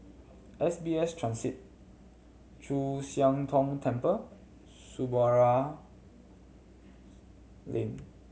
S B S Transit Chu Siang Tong Temple Samudera Lane